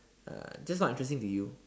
uh just not interesting to you